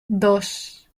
dos